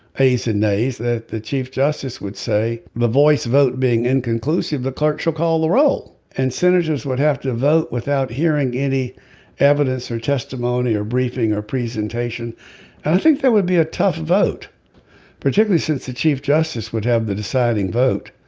he's in days that the chief justice would say the voice vote being inconclusive the clerks will call the roll and senators would have to vote without hearing any evidence or testimony or briefing or presentation. and i think there would be a tough vote particularly since the chief justice would have the deciding vote